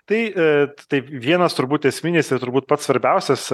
tai e taip vienas turbūt esminis ir turbūt pats svarbiausias